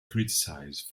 criticized